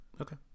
Okay